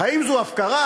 האם זו הפקרה?